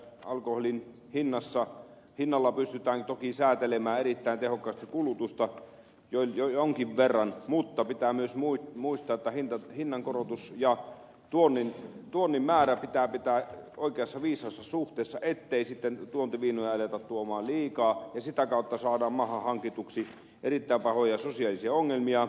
alkoholin hinnalla pystytään toki säätelemään erittäin tehokkaasti kulutusta jonkin verran mutta on muistettava kuitenkin koko ajan myös se tosiasia että hinnan korotus ja tuonnin määrä pitää pitää oikeassa viisaassa suhteessa ettei tuontiviinoja aleta tuoda liikaa ja sitä kautta saada maahan hankituksi erittäin pahoja sosiaalisia ongelmia